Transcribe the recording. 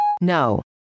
No